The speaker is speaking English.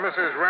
Mrs